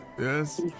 yes